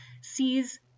sees